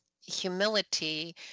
humility